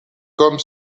comme